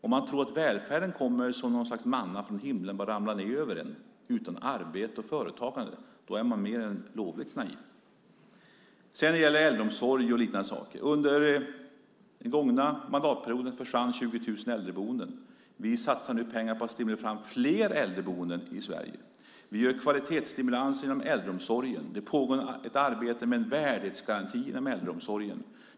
Om man tror att välfärden kommer som något slags manna från himlen och bara ramlar ned över en utan arbete och företagande är man mer än lovligt naiv. När det sedan gäller äldreomsorg och liknande saker försvann 20 000 äldreboenden under förra mandatperioden. Vi satsar nu pengar på att stimulera fram fler äldreboenden i Sverige. Vi gör kvalitetsstimulanser inom äldreomsorgen. Det pågår ett arbete med en värdighetsgaranti inom äldreomsorgen.